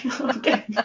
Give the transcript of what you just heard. Okay